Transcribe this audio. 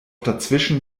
dazwischen